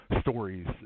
stories